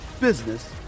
business